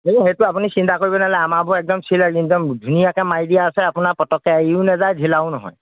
এই সেইটো আপুনি চিন্তা কৰিব নেলাগে আমাৰবোৰ একদম একদম ধুনীয়াকৈ মাৰি দিয়া আছে আপোনাৰ পটককৈ এৰিও নেযায় ঢিলাও নহয়